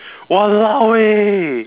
!waloa! eh